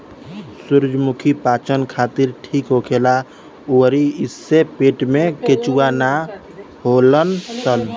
सूरजमुखी पाचन खातिर ठीक होखेला अउरी एइसे पेट में केचुआ ना होलन सन